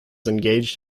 engaged